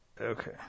Okay